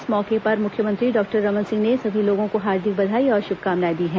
इस मौके पर मुख्यमंत्री डॉक्टर रमन सिंह ने सभी लोगों को हार्दिक बधाई और शुभकामनाएं दी हैं